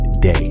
day